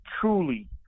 truly